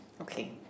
Okay